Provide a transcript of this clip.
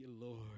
Lord